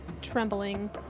trembling